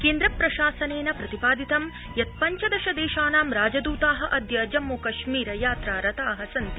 केन्द्रप्रशासनेन प्रतिपादितं यत् पञ्चदश देशानां राजदूता अद्य जम्मूकश्मीर यात्रा रता सन्ति